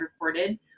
recorded